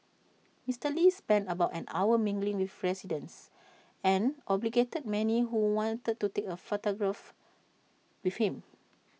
Mister lee spent about an hour mingling with residents and obliged many who wanted to take A photograph with him